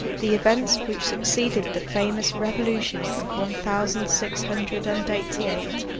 the events which succeeded the famous revolution of one thousand six hundred and eighty eight,